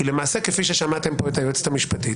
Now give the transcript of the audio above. למעשה כפי ששמעתם פה את היועצת המשפטית,